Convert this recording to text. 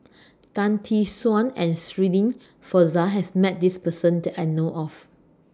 Tan Tee Suan and Shirin Fozdar has Met This Person that I know of